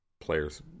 players